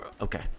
Okay